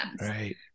Right